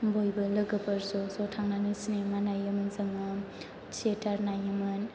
बयबो लोगोफोर ज'ज' थांनानै सिनेमा नायनोमोन जोङो थियेटार नायोमोन